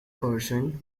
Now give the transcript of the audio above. curzon